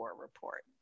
report